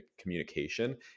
communication